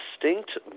distinct